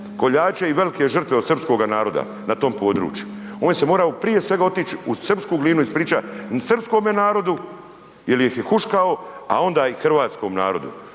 koljače i velike žrtve od srpskoga naroda na tom području. On se morao prije svega otić u srpsku Glinu ispričat srpskome narodu jel ih je huškao, a onda i hrvatskom narodu